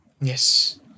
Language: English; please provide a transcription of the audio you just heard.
Yes